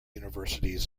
universities